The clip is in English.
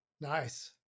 nice